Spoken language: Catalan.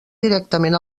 directament